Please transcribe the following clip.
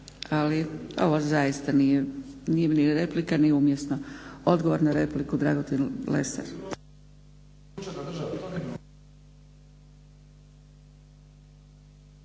ali ovo zaista nije ni replika ni umjesno. Odgovor na repliku Dragutin Lesar.